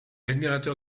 admirateur